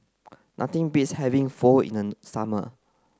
nothing beats having Pho in the summer